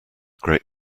great